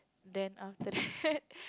then after that